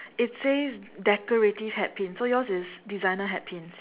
it says decorative hat pin so yours is designer hat pins